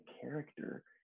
character